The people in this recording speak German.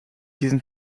diesen